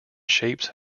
shapes